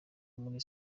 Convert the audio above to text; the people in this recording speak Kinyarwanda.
muri